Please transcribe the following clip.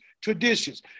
traditions